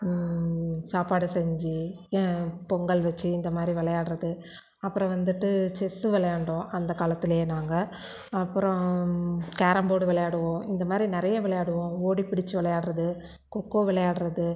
சாப்பாடு செஞ்சு பொங்கல் வச்சு இந்த மாதிரி விளையாட்றது அப்புறம் வந்துட்டு செஸ்ஸு விளையாண்டோம் அந்த காலத்திலயே நாங்கள் அப்புறம் கேரம்போர்டு விளையாடுவோம் இந்த மாதிரி நிறையா விளையாடுவோம் ஓடிப் பிடிச்சு விளையாடுறது கொக்கோ விளையாடுகிறது